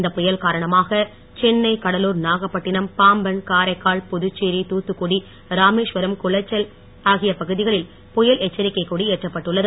இந்த புயல் காரணமாக சென்னை கடலூர் நாகப்பட்டினம் பாம்பன் காரைக்கால் புதுச்சேரிதூத்துக்குடி ராமேஸ்வரம் குளச்சல் ஆகிய துறைமுகங்களில் புயல் எச்சரிக்கை கொடி ஏற்றப்பட்டுள்ளது